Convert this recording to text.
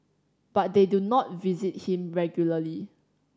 but they do not visit him regularly